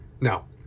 No